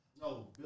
No